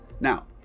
now